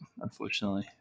unfortunately